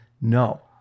no